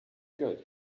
good